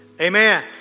amen